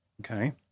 Okay